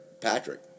Patrick